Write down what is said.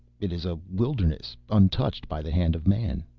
it is a wilderness, untouched by the hand of man.